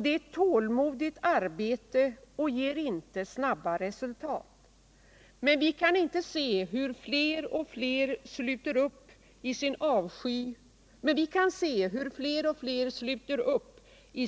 Det är ett arbete som kräver tålamod, och det ger inte snabba resultat. Men vi kan se hur fler och fler sluter upp i